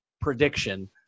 prediction